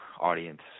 audience